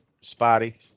spotty